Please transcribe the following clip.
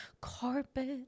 Carpet